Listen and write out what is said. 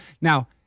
Now